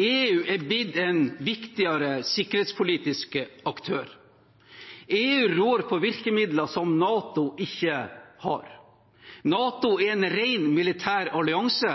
EU er blitt en viktigere sikkerhetspolitisk aktør. EU rår over virkemidler som NATO ikke har. NATO er en ren militær allianse,